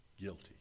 guilty